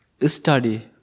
study